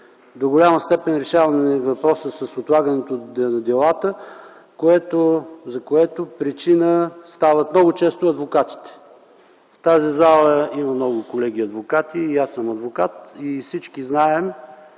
до голяма степен решаваме и въпроса с отлагането на делата, за което причина стават много често адвокатите. В тази зала има много колеги адвокати, и аз съм адвокат, и всички знаем,